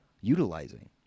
utilizing